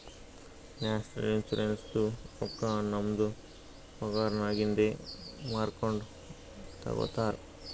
national ಇನ್ಶುರೆನ್ಸದು ರೊಕ್ಕಾ ನಮ್ದು ಪಗಾರನ್ನಾಗಿಂದೆ ಮೂರ್ಕೊಂಡು ತಗೊತಾರ್